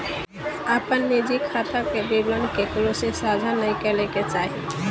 अपन निजी खाता के विवरण केकरो से साझा नय करे के चाही